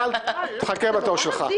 אבל תחכה לתור שלך.